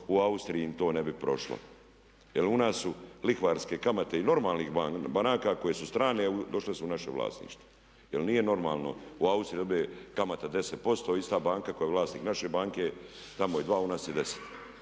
u Austriji to ne bi prošlo. Jer u nas su lihvarske kamate i normalnih banaka koje su strane došle su u naše vlasništvo jer nije normalno. U Austriji se dobije kamata 10%, a ista banka koja je vlasnik naše banke tamo je 2 u nas je 10.